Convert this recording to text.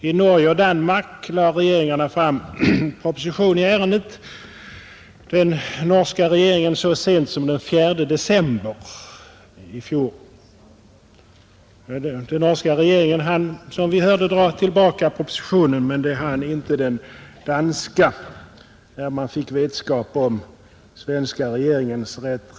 I Norge och Danmark lade regeringarna fram proposition i ärendet — den norska regeringen så sent som den 4 december i fjol. Den norska regeringen hann, som vi hörde, dra tillbaka propositionen, när man fick vetskap om svenska regeringens reträtt men det hann inte den danska.